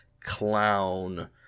clown